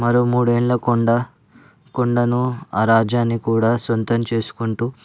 మరో మూడేళ్ళ కొండ కొండను ఆ రాజ్యాన్ని కూడా సొంతం చేసుకుంటూ